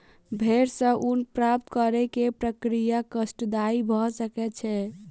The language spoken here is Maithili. भेड़ सॅ ऊन प्राप्त करै के प्रक्रिया कष्टदायी भ सकै छै